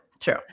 True